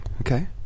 Okay